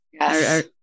Yes